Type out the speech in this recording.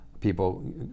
people